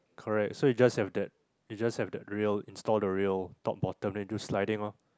correct so you just have that you just have that rail install the rail top bottom then you do sliding ah